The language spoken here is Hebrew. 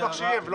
אנחנו